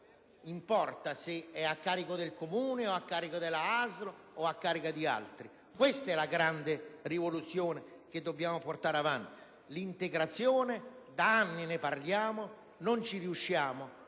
importa se è a carico del Comune, della ASL o di altri. Questa è la grande rivoluzione che dobbiamo portare avanti, ossia l'integrazione: da anni ne parliamo, ma non ci riusciamo.